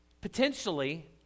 potentially